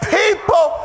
people